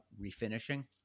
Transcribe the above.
refinishing